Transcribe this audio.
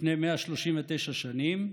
לפני 139 שנים,